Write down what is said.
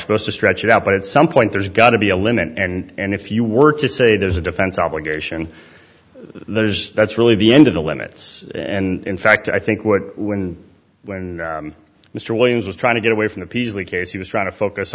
supposed to stretch it out but at some point there's got to be a limit and if you work to say there's a defense obligation there's that's really the end of the limits in fact i think what when when mr williams was trying to get away from the peasley case he was trying to focus